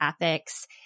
ethics